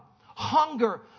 hunger